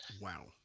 Wow